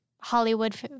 hollywood